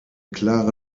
klare